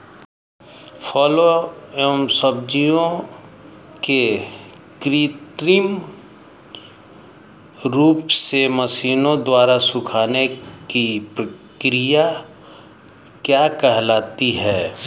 फलों एवं सब्जियों के कृत्रिम रूप से मशीनों द्वारा सुखाने की क्रिया क्या कहलाती है?